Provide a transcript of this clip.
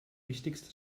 wichtigstes